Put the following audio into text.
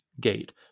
gate